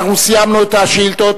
אנחנו סיימנו את השאילתות,